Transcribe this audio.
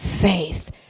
faith